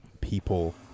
people